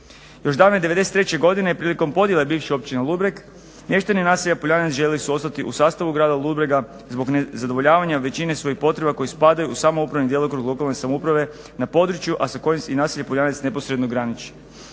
Još davne '93.godine prilikom podjele bivše općine Ludbreg mještani naselja POljanec željeli su ostati u sastavu grada Ludbrega zbog nezadovoljavanja većine svojih potreba koji spadaju u samoupravni djelokrug lokalne samouprave na području … /Zbog prebrzog čitanja govornik